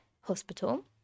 hospital